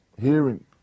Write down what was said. hearing